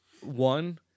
one